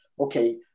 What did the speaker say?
Okay